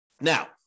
Now